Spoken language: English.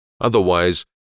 Otherwise